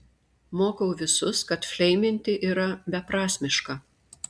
mokau visus kad fleiminti yra beprasmiška